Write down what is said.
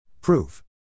Proof